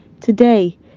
Today